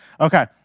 Okay